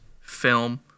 film